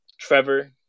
Trevor